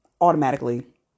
Automatically